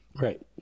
Right